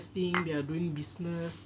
still they are doing business